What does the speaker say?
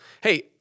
Hey